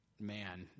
man